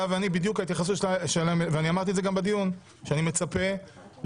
ואני אמרתי את זה גם בדיון, שאני מצפה לדיון